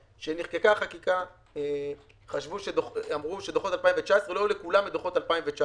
כשנחקקה החקיקה אמרו שלא לכל העסקים יהיו דוחות של שנת 2019,